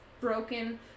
broken